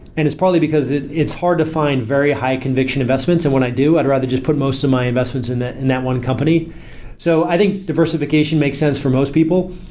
and it's probably because it's hard to find very high conviction investments. and when i do, i'd rather just put most of my investments in that and that one company so i think diversification makes sense for most people,